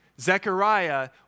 Zechariah